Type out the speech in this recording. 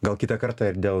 gal kitą kartą ir dėl